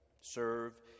serve